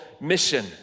mission